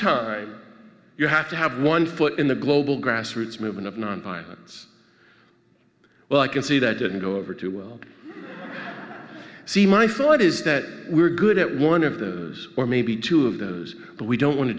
time you have to have one foot in the global grassroots movement of nonviolence well i can see that didn't go over to world see my thought is that we're good at one of those or maybe two of those but we don't want to